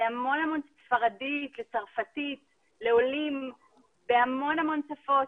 ספרדית, צרפתית, לעולים בהמון המון שפות.